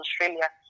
Australia